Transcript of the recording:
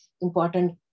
important